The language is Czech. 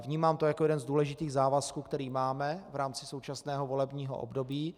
Vnímám to jako jeden z důležitých závazků, který máme v rámci současného volebního období.